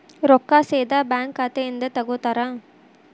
ರೊಕ್ಕಾ ಸೇದಾ ಬ್ಯಾಂಕ್ ಖಾತೆಯಿಂದ ತಗೋತಾರಾ?